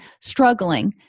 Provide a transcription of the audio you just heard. struggling